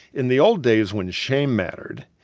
in the old days, when shame mattered,